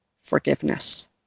forgiveness